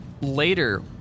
later